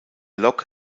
lok